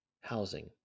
housing